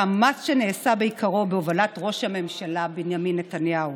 מאמץ שנעשה בעיקרו בהובלת ראש הממשלה בנימין נתניהו.